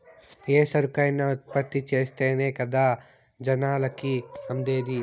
ఏ సరుకైనా ఉత్పత్తి చేస్తేనే కదా జనాలకి అందేది